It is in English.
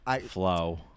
flow